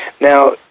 Now